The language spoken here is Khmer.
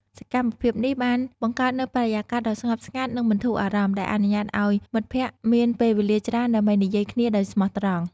សកម្មភាពនេះបានបង្កើតនូវបរិយាកាសដ៏ស្ងប់ស្ងាត់និងបន្ធូរអារម្មណ៍ ដែលអនុញ្ញាតឱ្យមិត្តភក្តិមានពេលវេលាច្រើនដើម្បីនិយាយគ្នាដោយស្មោះត្រង់។